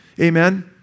Amen